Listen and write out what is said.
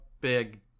big